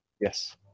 Yes